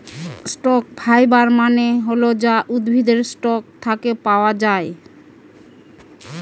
stock fibre মানে হল যা উদ্ভিদের স্টক থাকে পাওয়া যায়